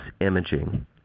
imaging